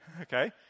Okay